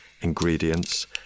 ingredients